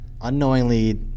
unknowingly